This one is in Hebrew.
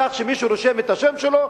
כך שמי שרושם את השם שלו,